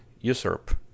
usurp